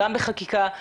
גם בחקיקה,